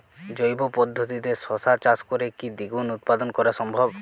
জৈব পদ্ধতিতে শশা চাষ করে কি দ্বিগুণ উৎপাদন করা সম্ভব?